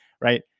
Right